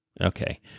Okay